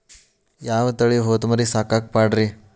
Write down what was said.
ಯಾವ ತಳಿ ಹೊತಮರಿ ಸಾಕಾಕ ಪಾಡ್ರೇ?